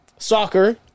Soccer